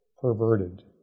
Perverted